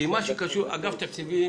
אגף תקציבים